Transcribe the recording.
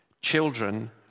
children